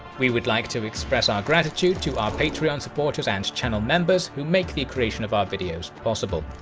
we would like to express our gratitude to our patreon supporters and channel members, who make the creation of our videos possible.